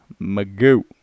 magoo